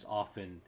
often